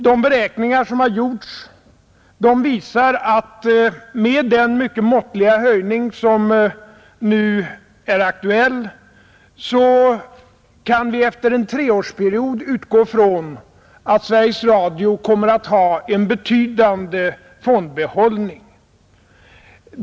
De beräkningar som gjorts visar att vi, med den mycket måttliga höjning som nu är aktuell, kan utgå från att Sveriges Radio efter en treårsperiod kommer att ha en betydande fondbehållning.